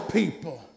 people